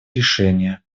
решения